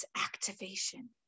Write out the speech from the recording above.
activation